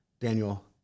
Daniel